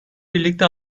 birlikte